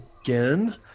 again